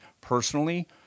personally